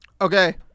Okay